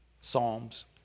psalms